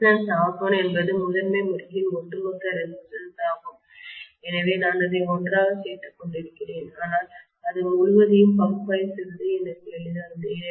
resistance R1 என்பது முதன்மை முறுக்கின் ஒட்டுமொத்த ரெசிஸ்டன்ஸ் ஆகும் எனவே நான் அதை ஒன்றாகச் சேர்த்துக் கொண்டிருக்கிறேன் அதனால் அது முழுவதையும் பகுப்பாய்வு செய்வது எனக்கு எளிதானது